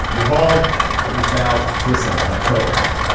you hauled but you failed to assemble that coat rack.